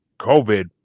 COVID